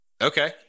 Okay